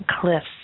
Cliffs